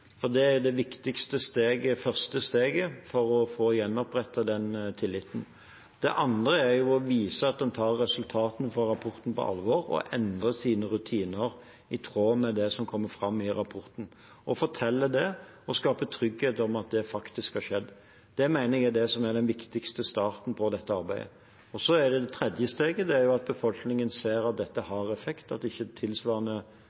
Det er det viktigste og første steget for å få gjenopprettet tilliten. Det andre er å vise at en tar resultatene fra rapporten på alvor og endrer sine rutiner i tråd med det som kommer fram i rapporten – å fortelle det og skape trygghet om at det faktisk har skjedd. Det mener jeg er den viktigste starten på dette arbeidet. Det tredje steget er at befolkningen ser at dette har effekt, at tilsvarende episoder ikke skjer igjen, og at en ser at